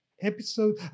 episode